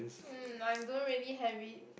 mm I don't really have it